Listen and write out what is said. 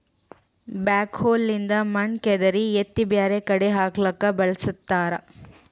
backhoe ಲಿಂದ್ ಮಣ್ಣ್ ಕೆದರಿ ಎತ್ತಿ ಬ್ಯಾರೆ ಕಡಿ ಹಾಕ್ಲಕ್ಕ್ ಬಳಸ್ತಾರ